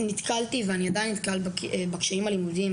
נתקלתי, ואני עדיין נתקל בקשיים הלימודיים.